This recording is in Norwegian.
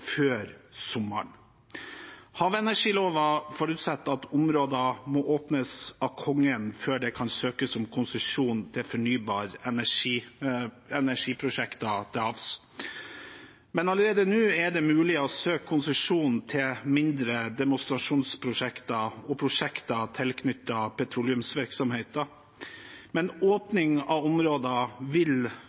før sommeren. Havenergiloven forutsetter at områder må åpnes av Kongen før det kan søkes om konsesjon til fornybar energi-prosjekter til havs, men allerede nå er det mulig å søke konsesjon til mindre demonstrasjonsprosjekter og prosjekter tilknyttet petroleumsvirksomheten. Åpning av områder vil